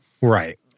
Right